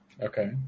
Okay